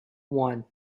one